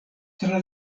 tra